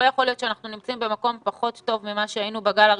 לא יכול להיות שאנחנו נמצאים במקום פחות טוב ממה שהיינו בגל הראשון,